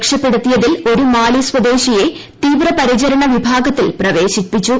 രക്ഷപ്പെട്ടുത്തിയതിൽ ഒരു മാലി സ്വദേശിയെ തീവ്രപരിചരണ വിഭാഗത്തിൽ പ്രവേശിപ്പിച്ചു